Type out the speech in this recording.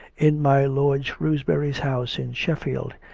in my lord shrewsbury's house in shef field,